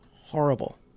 horrible